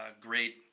Great